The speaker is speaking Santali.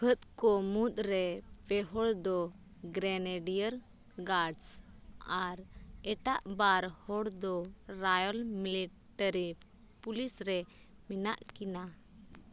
ᱯᱷᱟᱹᱫᱽᱠᱚ ᱢᱩᱫᱽᱨᱮ ᱯᱮ ᱦᱚᱲᱫᱚ ᱜᱨᱮᱱᱮᱰᱤᱭᱟᱨ ᱜᱟᱨᱰᱥ ᱟᱨ ᱮᱴᱟᱜ ᱵᱟᱨ ᱦᱚᱲᱫᱚ ᱨᱟᱭᱚᱞ ᱢᱤᱞᱤᱴᱟᱨᱤ ᱯᱩᱞᱤᱥ ᱨᱮ ᱢᱮᱱᱟᱜᱠᱤᱱᱟ